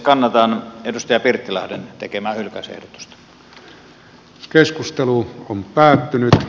kannatan edustaja pirttilahden tekemää hylkäysehdotusta